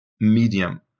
medium